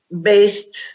based